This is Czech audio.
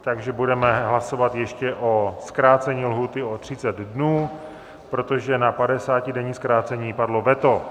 Takže budeme hlasovat ještě o zkrácení lhůty o třicet dnů, protože na padesátidenní zkrácení padlo veto.